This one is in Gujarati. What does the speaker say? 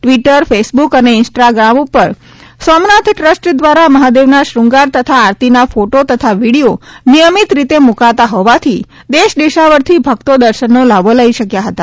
ટ્વિટર ફેસબુક તથા ઇન્સ્ટાશ્રામ ઉપર સોમનાથ ટ્રસ્ટ દ્વારા મહાદેવના શુંગાર તથા આરતીના ફોટો તથા વિડિયો નિયમિત રીતે મૂકાતા હોવાથી દેશદેશાવરથી ભક્તો દર્શનનો લહાવો લઇ શક્યા હતા